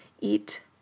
eat